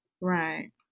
Right